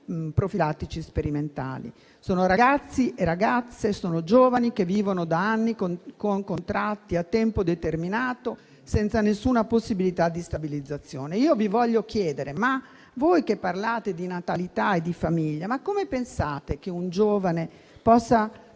zooprofilattici sperimentali: sono giovani che vivono da anni con contratti a tempo determinato, senza alcuna possibilità di stabilizzazione. Vi voglio chiedere: voi che parlate di natalità e di famiglia come credete che un giovane possa